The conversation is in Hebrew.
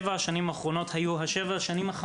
הם אלה שייקחו בסופו של דבר את